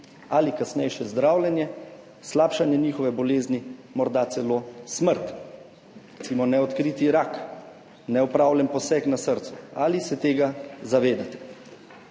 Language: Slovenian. kasnejše zdravljenje, slabšanje njihove bolezni, morda celo smrt, recimo pri neodkritem raku, neopravljenem posegu na srcu. Ali se tega zavedate?